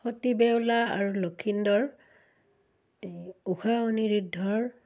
সতি বেউলা আৰু লখিন্দৰ এই উশা অনিৰিদ্ধৰ